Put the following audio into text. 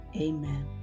amen